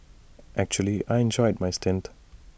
actually I enjoyed my stint